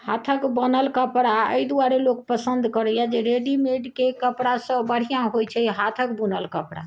हाथक बनल कपड़ा अइ दुआरे लोग पसन्द करैया जे रेडीमेडके कपड़ासँ बढ़िआँ होइत छै हाथक बुनल कपड़ा